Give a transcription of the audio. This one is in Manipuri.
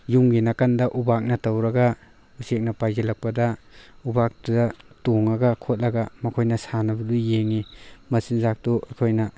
ꯌꯨꯝꯒꯤ ꯅꯥꯀꯟꯗ ꯎꯄꯥꯛꯅ ꯇꯧꯔꯒ ꯎꯆꯦꯛꯅ ꯄꯥꯏꯁꯤꯜꯂꯛꯄꯗ ꯎꯄꯥꯛꯇꯨꯗ ꯇꯣꯡꯉꯒ ꯈꯣꯠꯂꯒ ꯃꯈꯣꯏꯅ ꯁꯥꯟꯅꯕꯗꯨ ꯌꯦꯡꯉꯤ ꯃꯆꯤꯟꯖꯥꯛꯇꯨ ꯑꯩꯈꯣꯏꯅ